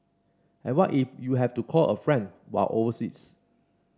and what if you have to call a friend while overseas